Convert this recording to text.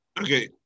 Okay